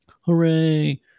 hooray